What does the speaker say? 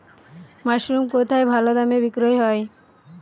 Mushroom কেথায় ভালোদামে বিক্রয় হয়?